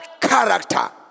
character